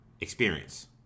experience